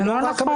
זה לא נכון.